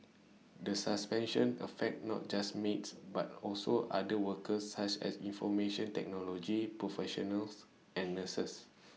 the suspension affects not just maids but also other workers such as information technology professionals and nurses